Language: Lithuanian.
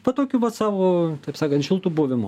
va tokiu vat savo taip sakant šiltu buvimu